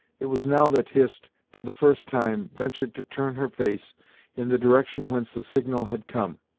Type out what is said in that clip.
it was now that hist, for the first time, ventured to turn her face in the direction whence the signal had come.